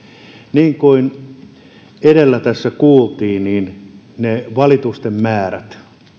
niin kuin edellä tässä kuultiin ne valitusten määrät